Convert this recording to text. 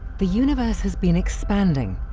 the universe has been expanding,